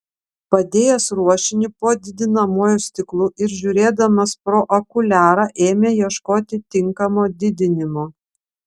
padėjęs ruošinį po didinamuoju stiklu ir žiūrėdamas pro okuliarą ėmė ieškoti tinkamo didinimo